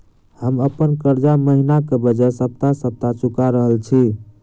हम अप्पन कर्जा महिनाक बजाय सप्ताह सप्ताह चुका रहल छि